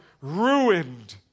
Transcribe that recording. ruined